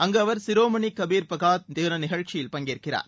அங்கு அவர் சிரோமணி கபீர் பிரகாத் தின நிகழ்ச்சியில் பங்கேற்கிறார்